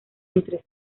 entre